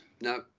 No